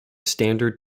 standard